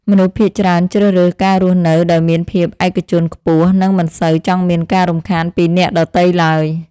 មនុស្សភាគច្រើនជ្រើសរើសការរស់នៅដោយមានភាពឯកជនខ្ពស់ និងមិនសូវចង់មានការរំខានពីអ្នកដទៃឡើយ។